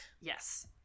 Yes